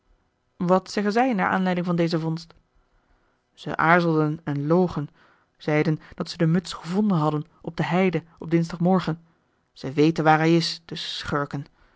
wat zeggen zij naar aanleiding van deze vondst zij aarzelden en logen zeiden dat zij de muts gevonden hadden op de heide op dinsdagmorgen zij weten waar hij is de schurken